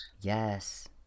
Yes